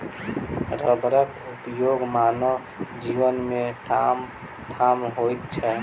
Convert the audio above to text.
रबरक उपयोग मानव जीवन मे ठामठाम होइत छै